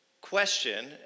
question